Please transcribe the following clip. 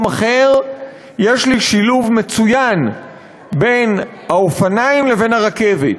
אחר יש לי שילוב מצוין בין האופניים לבין הרכבת: